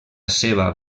seva